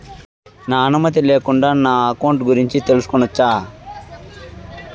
నా అనుమతి లేకుండా నా అకౌంట్ గురించి తెలుసుకొనొచ్చా?